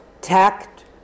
tact